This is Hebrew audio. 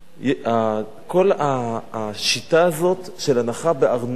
כל השיטה הזאת של הנחה בארנונות